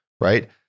right